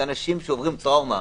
אלה אנשים שעברו טראומה.